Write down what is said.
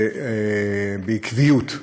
ובעקביות,